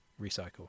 recycle